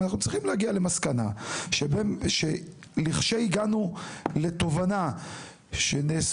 אנחנו צריכים להגיע למסקנה שכשהגענו לתובנה שנעשו